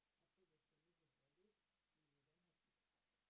after we finished with all these we would then have to talk